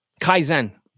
Kaizen